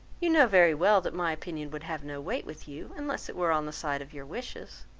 you know very well that my opinion would have no weight with you, unless it were on the side of your wishes.